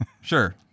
sure